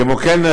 כמו כן,